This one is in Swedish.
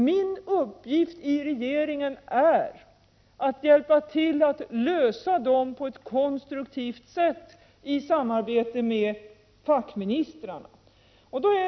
Min uppgift i regeringen är att hjälpa till att lösa dem på ett konstruktivt sätt i samarbete med fackministrarna.